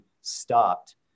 stopped